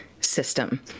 system